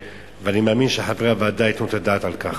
ואני מאמין שחברי הוועדה ייתנו את הדעת על כך.